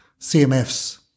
CMFs